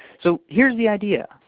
so here's the idea.